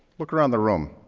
look around the room.